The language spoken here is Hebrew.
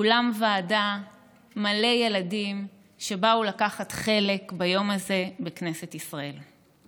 אולם ועדה מלא ילדים שבאו לקחת חלק ביום הזה בכנסת ישראל.